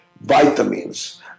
vitamins